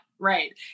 Right